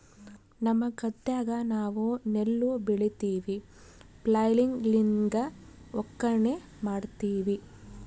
ನಮ್ಮ ಗದ್ದೆಗ ನಾವು ನೆಲ್ಲು ಬೆಳಿತಿವಿ, ಫ್ಲ್ಯಾಯ್ಲ್ ಲಿಂದ ಒಕ್ಕಣೆ ಮಾಡ್ತಿವಿ